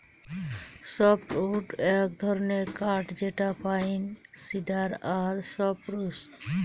softwood এক ধরনের কাঠ যেটা পাইন, সিডার আর সপ্রুস